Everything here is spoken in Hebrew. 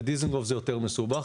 בדיזינגוף זה יותר מסובך,